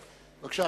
בבקשה.